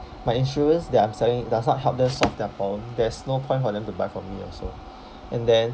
my insurance that I'm selling does not help them solve their problem there's no point for them to buy from me also and then